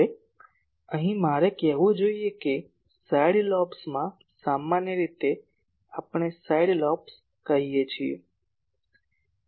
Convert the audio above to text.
હવે અહીં મારે કહેવું જોઈએ કે સાઇડ લોબ્સમાં સામાન્ય રીતે આપણે સાઇડ લોબ્સ કહીએ છીએ